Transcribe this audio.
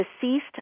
deceased